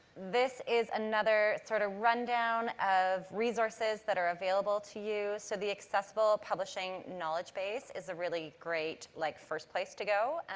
this is another, sort of, rundown of resources that are available to you. so, the accessible publishing knowledge base is a really great, like, first place to go.